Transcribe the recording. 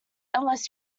unless